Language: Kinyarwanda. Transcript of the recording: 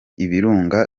ibirunga